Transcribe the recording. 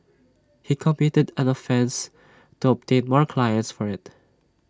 he committed the offences to obtain more clients for IT